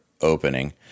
opening